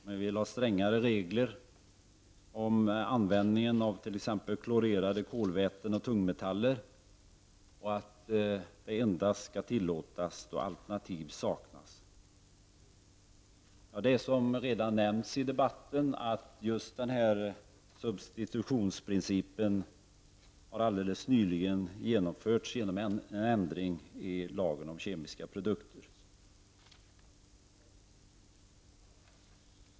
Man vill ha strängare regler om användningen av t.ex. klorerade kolväten och tungmetaller och menar att dessa endast skall tillåtas då alternativ saknas. Som redan nämnts i debatten har den här subtitutionsprincipen alldeles nyligen införts genom en ändring av lagen om kemiska produkter.